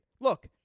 Look